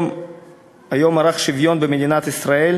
היום ערך השוויון במדינת ישראל